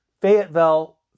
Fayetteville